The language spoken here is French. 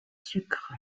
sucre